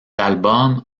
album